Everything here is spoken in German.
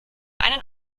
einen